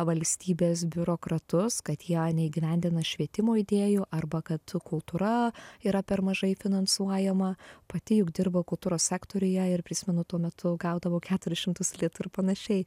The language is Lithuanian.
valstybės biurokratus kad jie neįgyvendina švietimo idėjų arba kad kultūra yra per mažai finansuojama pati juk dirbau kultūros sektoriuje ir prisimenu tuo metu gaudavau keturis šimtus litų ir panašiai